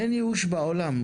אין ייאוש בעולם.